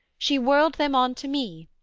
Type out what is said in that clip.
she whirled them on to me,